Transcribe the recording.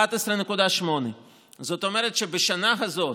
11.8. זאת אומרת שבשנה הזאת,